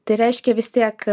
tai reiškia vis tiek